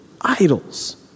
idols